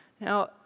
Now